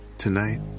Tonight